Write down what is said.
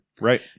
Right